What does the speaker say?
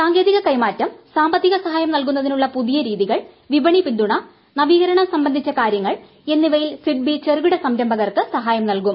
സാങ്കേതിക കൈമാറ്റം സാമ്പത്തിക സഹായം നൽകുന്നതിനുള്ള പുതിയ രീതികൾ വിപണി പിന്തുണ നവീകരണം സംബന്ധിച്ചു കാര്യങ്ങൾ എന്നിവയിൽ സിഡ്ബി ചെറുകിട സംരംഭകർക്ക് സഹായം നൽകും